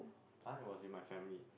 !huh! it was in my family